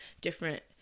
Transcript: different